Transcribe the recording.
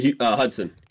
Hudson